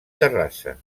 terrassa